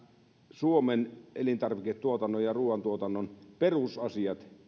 suomen elintarviketuotannon ja ruuantuotannon perusasioista